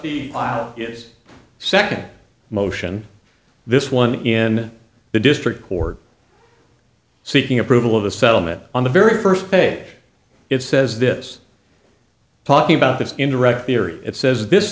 filed is second motion this one in the district court seeking approval of a settlement on the very first day it says this talking about this indirect theory it says this